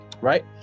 right